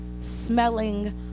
smelling